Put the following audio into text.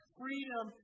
freedom